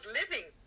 living